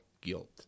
guilt